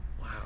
Wow